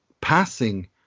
passing